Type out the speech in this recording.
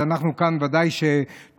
אז אנחנו כאן ודאי תומכים,